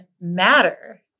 matter